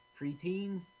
preteen